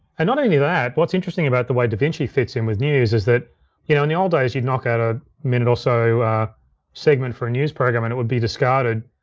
and not only that, what's interesting about the way davinci fits in with news, is that you know in the old days, you'd knock out a minute or so segment for a news program and it would be discarded.